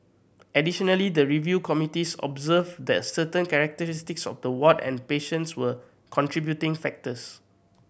additionally the review committees observed that certain characteristics of the ward and patients were contributing factors